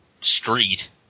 street